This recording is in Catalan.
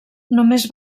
només